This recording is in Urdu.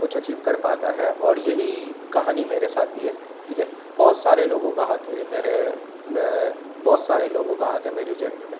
کچھ اچیو کرپاتا ہے اور یہی کہانی میرے ساتھ بھی ہے ٹھیک ہے بہت سارے لوگوں کا ہاتھ ہے میرے بہت سارے لوگوں کا ہاتھ ہے میری جرنی میں